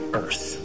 earth